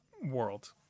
world